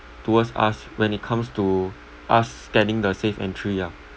towards us when it comes to us scanning the safe entry ah